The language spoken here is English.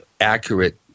accurate